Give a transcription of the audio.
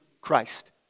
Christ